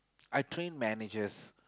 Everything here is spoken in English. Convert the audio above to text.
I train managers